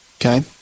Okay